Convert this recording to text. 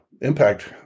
impact